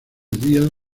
días